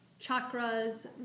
chakras